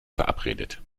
verabredet